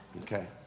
Okay